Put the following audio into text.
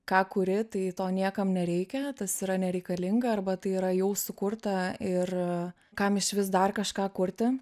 ką kuri tai to niekam nereikia tas yra nereikalinga arba tai yra jau sukurta ir kam išvis dar kažką kurti